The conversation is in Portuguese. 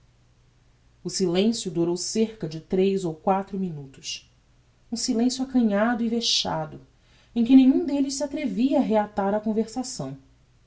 o silencio durou cerca de tres e quatro minutos um silencio acanhado a vexado em que nenhum delles se atrevia a reatar a conversação